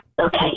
Okay